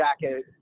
jacket